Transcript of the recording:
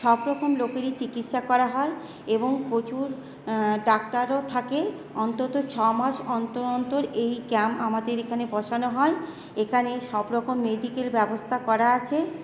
সবরকম লোকেরই চিকিৎসা করা হয় এবং প্রচুর ডাক্তারও থাকে অন্তত ছ মাস অন্তর অন্তর এই ক্যাম্প আমাদের এখানে বসানো হয় এখানে সবরকম মেডিকেল ব্যবস্থা করা আছে